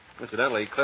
Incidentally